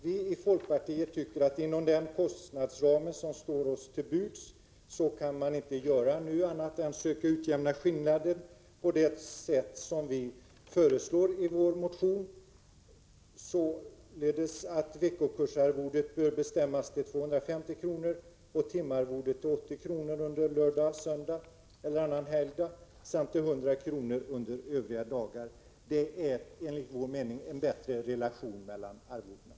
Vi i folkpartiet tycker att man inom den kostnadsram som nu står oss till buds inte kan göra annat än försöka utjämna skillnaden på det sätt som vi föreslår i vår motion. Vi anser att veckokursarvodet bör bestämmas till 250 kr. och timarvodet till 80 kr. under lördag-söndag eller annan helg samt till 100 kr. Övriga dagar. Det är enligt vår mening en bättre relation mellan arvodena.